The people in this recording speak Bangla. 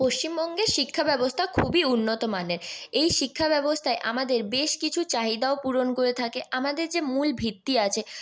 পশ্চিমবঙ্গের শিক্ষা ব্যবস্থা খুবই উন্নতমানের এই শিক্ষা ব্যবস্থায় আমাদের বেশ কিছু চাহিদাও পূরণ করে থাকে আমাদের যে মূল ভিত্তি আছে